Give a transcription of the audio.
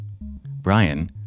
Brian